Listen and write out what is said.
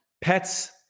pets